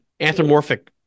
anthropomorphic